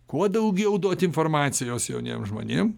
kuo daugiau duoti informacijos jauniem žmonėm